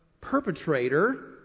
perpetrator